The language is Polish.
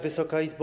Wysoka Izbo!